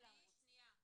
שם.